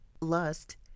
lust